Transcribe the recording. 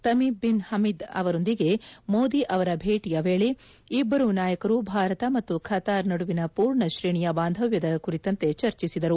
Tamim bin Hamad ಅವರೊಂದಿಗೆ ಮೋದಿ ಅವರ ಭೇಟಿಯ ವೇಳೆ ಇಬ್ಬರೂ ನಾಯಕರು ಭಾರತ ಮತ್ತು ಖತಾರ್ ನಡುವಿನ ಪೂರ್ಣ ಶ್ರೇಣಿಯ ಬಾಂಧವ್ಯದ ಕುರಿತಂತೆ ಚರ್ಚಿಸಿದರು